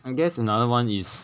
I guess another one is